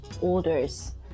orders